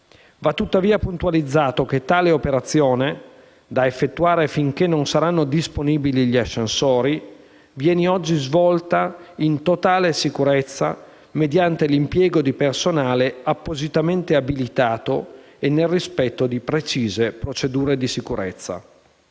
va tuttavia puntualizzato che tale operazione - da effettuare finché non saranno disponibili gli ascensori - viene oggi svolta in totale sicurezza mediante l'impiego di personale appositamente abilitato e nel rispetto di precise procedure di sicurezza.